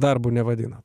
darbu nevadinat